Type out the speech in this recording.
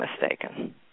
mistaken